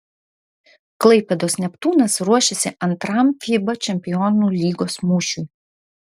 klaipėdos neptūnas ruošiasi antram fiba čempionų lygos mūšiui